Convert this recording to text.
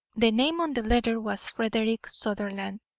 the name on the letter was frederick sutherland,